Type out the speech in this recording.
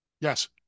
Yes